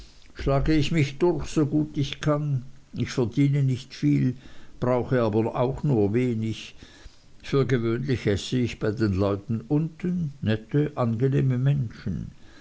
schlage ich mich durch so gut ich kann ich verdiene nicht viel brauche aber auch nur wenig für gewöhnlich esse ich bei den leuten unten nette angenehme menschen